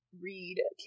read